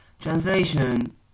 Translation